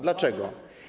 Dlaczego?